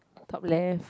top left